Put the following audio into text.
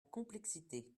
complexité